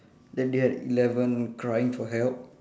then they had eleven crying for help